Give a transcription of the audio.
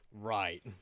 Right